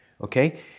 Okay